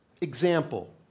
Example